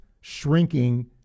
shrinking